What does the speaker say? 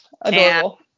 Adorable